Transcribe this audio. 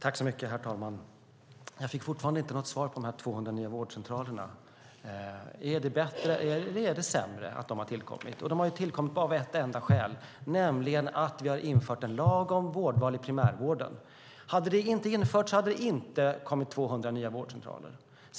Herr talman! Jag fick inget svar om de 200 nya vårdcentralerna. Är det bättre eller sämre att de tillkommit? De har tillkommit av ett enda skäl, nämligen att vi infört en lag om vårdval i primärvården. Hade den inte införts skulle det inte ha tillkommit 200 nya vårdcentraler.